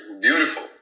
Beautiful